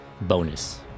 bonus